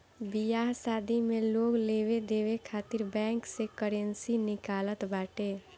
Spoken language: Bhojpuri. बियाह शादी में लोग लेवे देवे खातिर बैंक से करेंसी निकालत बाटे